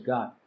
God